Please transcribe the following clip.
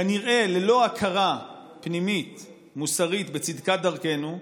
כנראה ללא הכרה פנימית מוסרית בצדקת דרכנו,